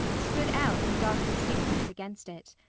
stood out in dark distinctness against it.